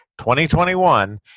2021